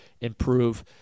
improve